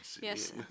Yes